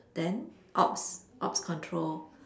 then ops ops control